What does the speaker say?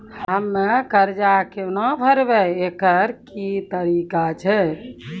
हम्मय कर्जा केना भरबै, एकरऽ की तरीका छै?